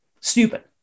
Stupid